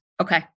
Okay